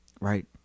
Right